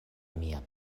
mia